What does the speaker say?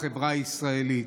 בחברה הישראלית.